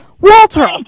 Walter